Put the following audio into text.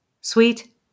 Sweet